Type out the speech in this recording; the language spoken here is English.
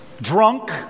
drunk